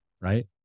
Right